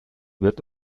wird